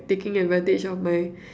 taking advantage of my